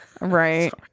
Right